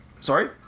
Sorry